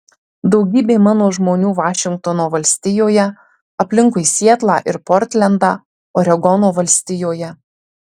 daugybė mano žmonių vašingtono valstijoje aplinkui sietlą ir portlendą oregono valstijoje